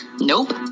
Nope